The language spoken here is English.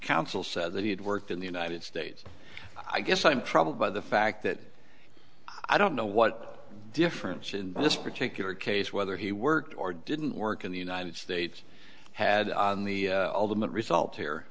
counsel said that he had worked in the united states i guess i'm troubled by the fact that i don't know what difference in this particular case whether he worked or didn't work in the united states had on the ultimate result here